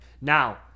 now